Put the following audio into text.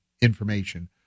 information